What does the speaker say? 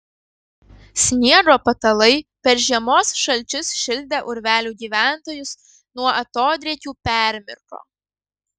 sniego patalai per žiemos šalčius šildę urvelių gyventojus nuo atodrėkių permirko